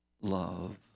love